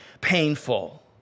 painful